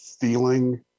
feeling